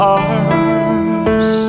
arms